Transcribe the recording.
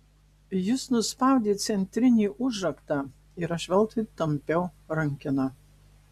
jis nuspaudė centrinį užraktą ir aš veltui tampiau rankeną